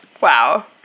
Wow